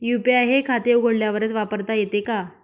UPI हे खाते उघडल्यावरच वापरता येते का?